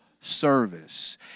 service